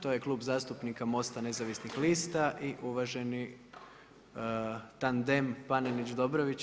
To je Klub zastupnika MOST-a nezavisnih lista i uvaženi tandem Panenić – Dobrović.